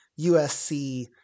USC